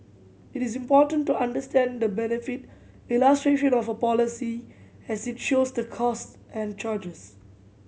it is important to understand the benefit illustration of a policy as it shows the costs and charges